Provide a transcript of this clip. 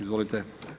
Izvolite.